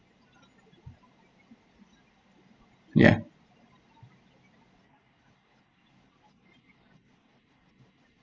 ya